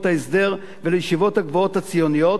ההסדר ולישיבות הגבוהות הציוניות,